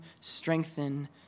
strengthen